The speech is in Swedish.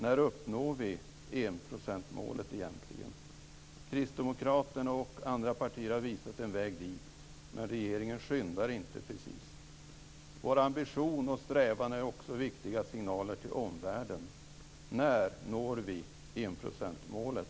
När uppnår vi egentligen enprocentsmålet? Kristdemokraterna och andra partier har visat på en väg dit men regeringen skyndar inte precis. Vår ambition och strävan är också viktiga signaler till omvärlden. När når vi alltså enprocentsmålet?